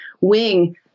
wing